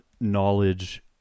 knowledge